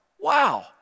Wow